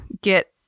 get